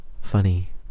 Funny